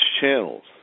channels